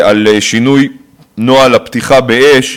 לשינוי נוהל הפתיחה באש,